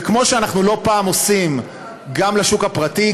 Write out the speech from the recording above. וכמו שאנחנו לא פעם עושים גם לשוק הפרטי,